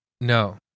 No